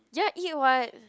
ya eat [what]